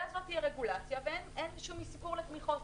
ואז לא תהיה רגולציה ואין שום אזכור לתמיכות.